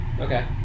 Okay